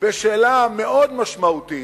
בשאלה מאוד משמעותית,